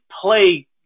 play